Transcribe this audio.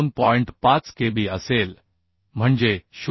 5 Kb असेल म्हणजे 0